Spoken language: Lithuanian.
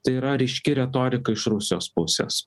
tai yra ryški retorika iš rusijos pusės